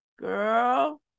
Girl